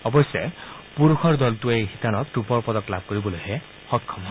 অৱশ্যে পুৰুষৰ দলটোৱে এই শিতানত ৰূপৰ পদক লাভ কৰিবলৈহে সক্ষম হয়